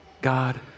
God